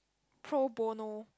pro bono